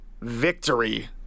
victory